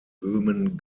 böhmen